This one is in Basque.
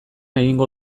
egingo